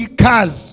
cars